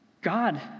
God